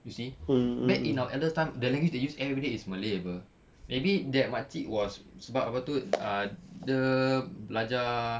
you see back in our elders' time the language they use everyday is malay [pe] maybe that makcik was sebab apa tu ah dia belajar